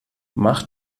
mach